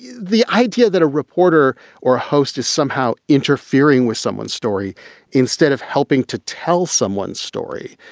the idea that a reporter or host is somehow interfering with someone's story instead of helping to tell someone's story.